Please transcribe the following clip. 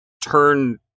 turn